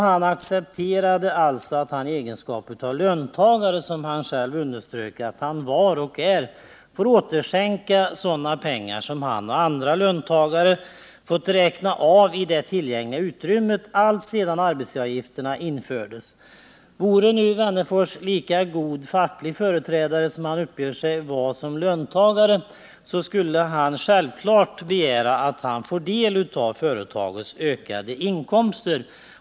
Han accepterade alltså att han i egenskap av löntagare, som han själv underströk, får återskänka sådana pengar som han och andra löntagare fått räkna av från det tillgängliga löneutrymmet alltsedan arbetsgivaravgiften infördes. Vore nu Alf Wennerfors en lika god facklig företrädare som han uppger sig vara löntagare, skulle han självklart begära att han får del av företagens ökade inkomster.